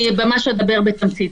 אני ממש אדבר בתמצית.